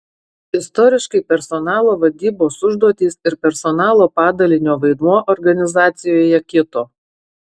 istoriškai personalo vadybos užduotys ir personalo padalinio vaidmuo organizacijoje kito